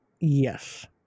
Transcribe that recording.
Yes